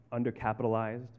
Undercapitalized